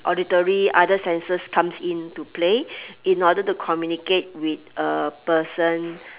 auditory other senses comes in to play in order to communicate with a person